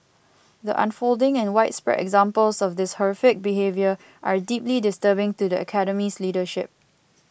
the unfolding and widespread examples of this horrific behaviour are deeply disturbing to the Academy's leadership